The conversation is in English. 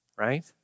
right